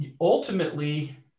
ultimately